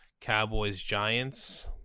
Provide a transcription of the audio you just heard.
Cowboys-Giants –